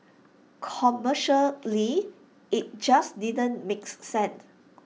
commercially IT just didn't makes sense